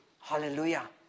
Hallelujah